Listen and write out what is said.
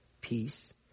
Peace